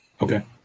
Okay